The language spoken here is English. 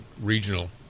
regional